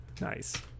Nice